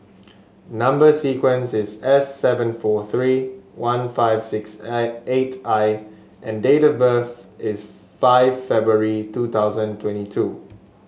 number sequence is S seven four three one five six eight I and date of birth is five February two thousand twenty two